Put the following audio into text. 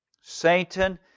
Satan